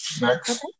Next